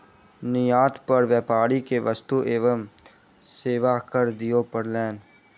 निर्यात पर व्यापारी के वस्तु एवं सेवा कर दिअ पड़लैन